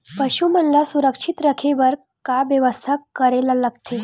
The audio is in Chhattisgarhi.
पशु मन ल सुरक्षित रखे बर का बेवस्था करेला लगथे?